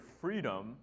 freedom